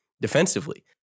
defensively